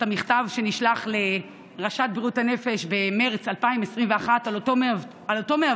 את המכתב שנשלח לראשת בריאות הנפש במרץ 2021 על אותו מאבטח